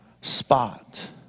spot